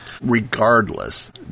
Regardless